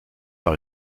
par